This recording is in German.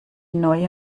neue